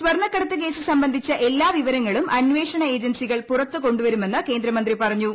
സ്വർണ്ണക്കടത്ത് കേസ് സംബന്ധിച്ച എല്ലാ വിവരങ്ങളും അന്വേഷണ ഏജൻസികൾ പുറത്തു കൊണ്ടുവരുമെന്ന് കേന്ദ്ര മന്ത്രി പറഞ്ഞു